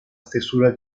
stesura